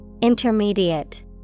Intermediate